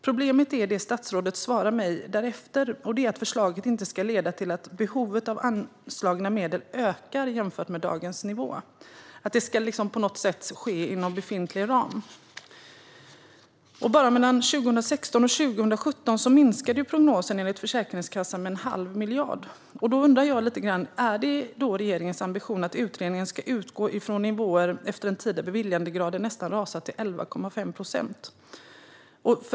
Problemet är det statsrådet svarar mig därefter, nämligen att förslaget inte ska leda till att behovet av anslagna medel ökar jämfört med dagens nivå utan att det på något sätt ska ske inom befintlig ram. Bara mellan 2016 och 2017 minskade prognosen från Försäkringskassan med en halv miljard. Då undrar jag: Är det regeringens ambition att utredningen ska utgå från nivåer efter en tid där beviljandegraden rasat till 11,5 procent?